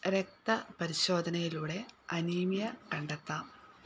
രക്തപരിശോധനയിലൂടെ anaemia കണ്ടെത്താം